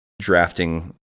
drafting